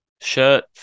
shirt